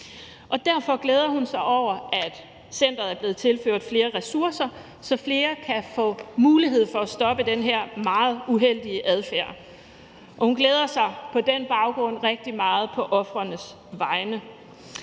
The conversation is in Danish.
Og derfor glæder hun sig over, at centeret er blevet tilført flere ressourcer, så flere kan få mulighed for at stoppe den her meget uheldige adfærd. Og hun glæder sig på den baggrund rigtig meget på ofrenes vegne.